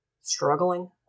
Struggling